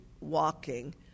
walking